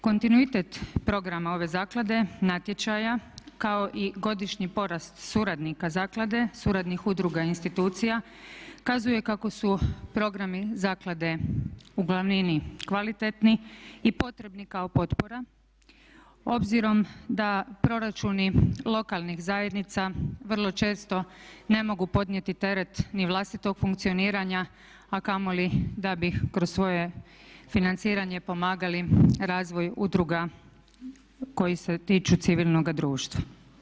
Kontinuitet programa ove zaklade, natječaja kao i godišnji porast suradnika zaklade, suradnih udruga institucija kazuje kako su programi zaklade u glavnini kvalitetni potrebni kao potpora obzirom da proračuni lokalnih zajednica vrlo često ne mogu podnijeti ni teret vlastitog funkcioniranja a kamoli da bi kroz svoje financiranje pomagali razvoj udruga koji se tiču civilnoga društva.